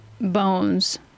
bones